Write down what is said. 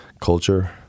culture